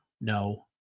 No